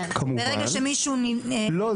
לא,